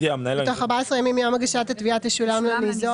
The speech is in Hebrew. בתוך 14 ימים מיום הגשת התביעה תשלום לניזוק?